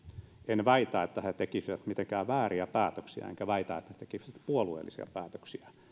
en väitä että he tekisivät mitenkään vääriä päätöksiä enkä väitä että he tekisivät puolueellisia päätöksiä